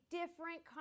different